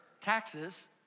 taxes